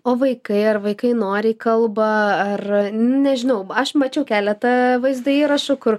o vaikai ar vaikai noriai kalba ar nežinau aš mačiau keletą vaizdo įrašų kur